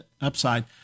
upside